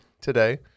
today